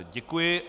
Děkuji.